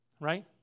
Right